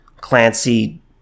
Clancy